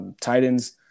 Titans